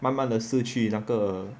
慢慢的失去那个